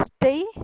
stay